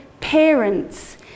parents